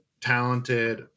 talented